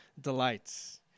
delights